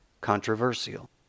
controversial